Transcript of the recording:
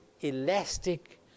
elastic